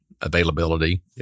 availability